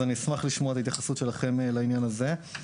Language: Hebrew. אז אני אשמח לשמוע התייחסות שלכם לעניין הזה.